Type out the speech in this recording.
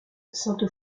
sainte